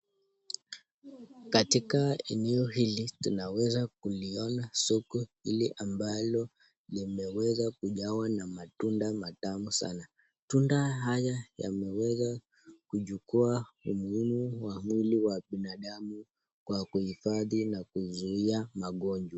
Katika eneo hili tunaweza kuliona soko ile ambalo limeweza kujawa na matunda matamu sana. Tunda haya yameweza kuchukua umuhimu wa mwili wa binadamu kwa kuhifadhi na kuzuia magonjwa.